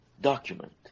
document